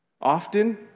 Often